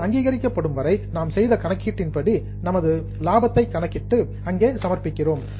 அது அங்கீகரிக்கப்படும் வரை நாம் செய்த கணக்கீட்டின்படி நமது புரோஃபிட் லாபத்தை கணக்கிட்டு அங்கே சமர்ப்பிக்கிறோம்